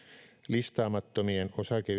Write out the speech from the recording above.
listaamattomien osakeyhtiöiden osinkoverotus pysyy